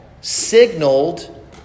signaled